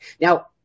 now